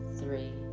three